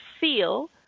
feel